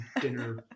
dinner